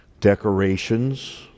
Decorations